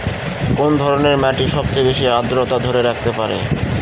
কোন ধরনের মাটি সবচেয়ে বেশি আর্দ্রতা ধরে রাখতে পারে?